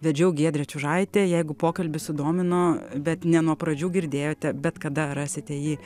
vedžiau giedrė čiužaitė jeigu pokalbis sudomino bet ne nuo pradžių girdėjote bet kada rasite jį